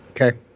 Okay